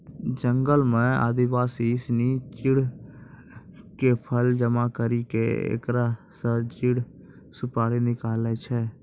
जंगल सॅ आदिवासी सिनि चीड़ के फल जमा करी क एकरा स चीड़ सुपारी निकालै छै